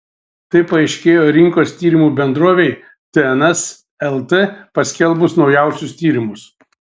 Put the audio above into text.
tai paaiškėjo rinkos tyrimų bendrovei tns lt paskelbus naujausius tyrimus